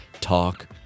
Talk